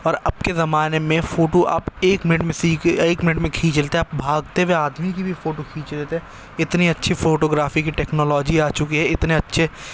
اور اب کے زمانے میں فوٹو آپ ایک منٹ میں ایک منٹ میں کھینچ لیتے ہیں آپ بھاگتے ہوئے آدمی کی بھی فوٹو کھینچ لیتے ہیں اتنی اچھی فوٹو گرافی کی ٹیکنالوجی آ چکی ہے اتنے اچھے